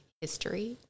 history